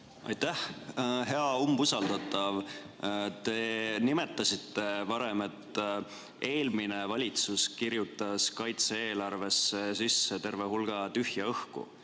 Aitäh! Hea umbusaldatav! Te nimetasite varem, et eelmine valitsus kirjutas kaitse-eelarvesse sisse terve hulga tühja õhku.